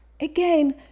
again